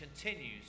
continues